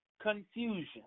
confusion